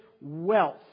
wealth